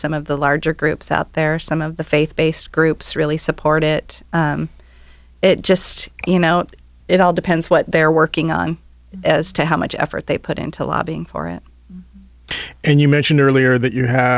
some of the larger groups out there some of the faith based groups really support it it just you know it all depends what they're working on as to how much effort they put into lobbying for it and you mentioned earlier that you have